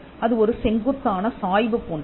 அது ஒரு செங்குத்தான சாய்வு போன்றது